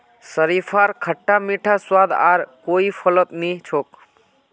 शरीफार खट्टा मीठा स्वाद आर कोई फलत नी छोक